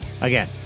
Again